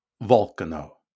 Volcano